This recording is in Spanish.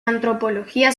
antropología